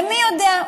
ומי יודע,